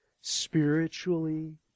spiritually